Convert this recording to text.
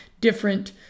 different